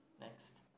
next